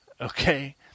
Okay